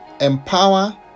empower